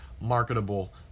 marketable